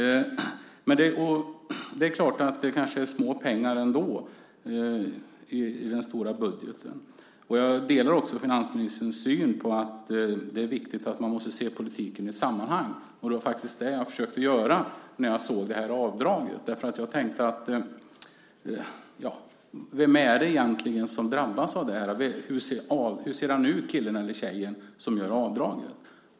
Och det är väl småpengar i den stora budgeten. Jag delar finansministerns syn att det är viktigt att se politiken i ett sammanhang, och det var det jag försökte göra när jag såg avdraget. Jag tänkte: Vem är det egentligen som drabbas av det? Hur ser killen eller tjejen ut som gör avdraget?